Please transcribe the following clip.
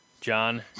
John